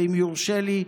ואם יורשה לי,